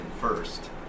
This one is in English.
first